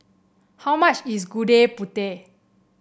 how much is Gudeg Putih